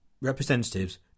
representatives